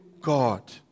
God